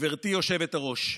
גברתי היושבת-ראש,